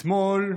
אתמול,